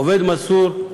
עובד מסור,